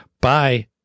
Bye